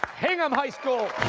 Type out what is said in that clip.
hingham high school!